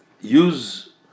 use